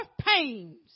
pains